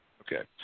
Okay